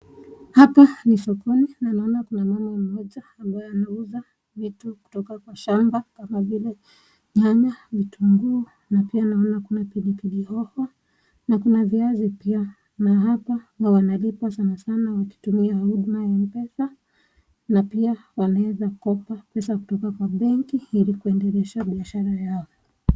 Hapa ni sokoni na naona kuna mama mmoja ambaye anauza vitu kutoka kwa shamba kama vile nyanya, vitunguu na pia naona kuna pilipili hoho na kuna viazi pia na hapa huwa wanalipa sana sana wakitumia huduma ya Mpesa na pia wanaweza kukopa pesa kutoka kwa benki ili kuendelesha biashara yao.